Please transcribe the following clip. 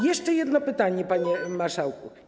Jeszcze jedno pytanie, panie marszałku.